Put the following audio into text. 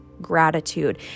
gratitude